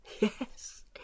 Yes